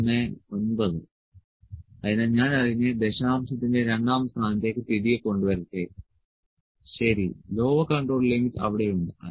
219 അതിനാൽ ഞാൻ അതിനെ ദശാംശത്തിന്റെ രണ്ടാം സ്ഥാനത്തേക്ക് തിരികെ കൊണ്ടുവരട്ടെ ശരി ലോവർ കൺട്രോൾ ലിമിറ്റ് അവിടെ ഉണ്ട്